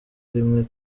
rimwe